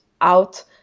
out